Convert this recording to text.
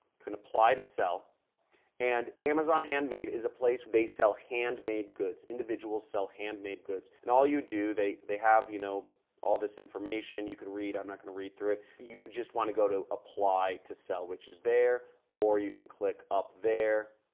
can apply to sell and amazon handmade is a place they sell handmade goods. individuals sell handmade goods. and all you do, they they have you know all this information. you can read. i'm not going to read through it. you would just want to go to apply to sell which is there or you can click up there,